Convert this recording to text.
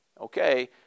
okay